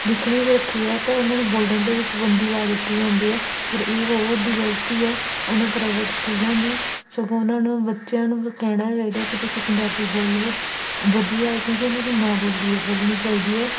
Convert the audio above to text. ਦਿਖਣੀ ਜੇ ਰੱਖੀ ਹੈ ਤਾਂ ਉਹਨਾਂ ਨੂੰ ਬੋਲਣ 'ਤੇ ਵੀ ਪਾਬੰਦੀ ਲਾ ਦਿੱਤੀ ਜਾਂਦੀ ਹੈ ਪਰ ਇਹ ਬਹੁਤ ਵੱਡੀ ਗਲਤੀ ਹੈ ਉਹਨਾਂ ਪ੍ਰਾਈਵੇਟ ਸਕੂਲਾਂ ਦੀ ਸਗੋਂ ਉਹਨਾਂ ਨੂੰ ਬੱਚਿਆਂ ਨੂੰ ਵੀ ਕਹਿਣਾ ਚਾਹੀਦਾ ਕਿ ਤੁਸੀਂ ਪੰਜਾਬੀ ਬੋਲੋ ਵਧੀਆ ਕਿਉਂਕਿ ਉਹਨਾਂ ਦੀ ਮਾਂ ਬੋਲੀ ਹੈ ਬੋਲਣੀ ਚਾਹੀਦੀ ਹੈ